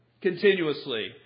continuously